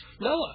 Noah